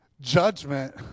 Judgment